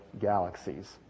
galaxies